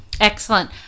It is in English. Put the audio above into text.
Excellent